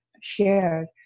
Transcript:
shared